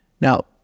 Now